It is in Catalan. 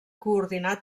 coordinar